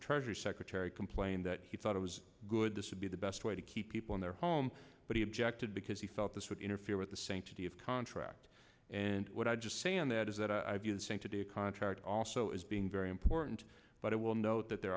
treasury secretary complained that he thought it was good this would be the best way to keep people in their home but he objected because he felt this would interfere with the sanctity of contract and what i just say and that is that i view the same today a contract also as being very important but i will note that there